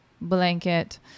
blanket